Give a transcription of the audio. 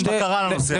אין בקרה על הנושא הזה.